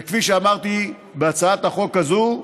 שכפי שאמרתי בהצעת החוק הזאת,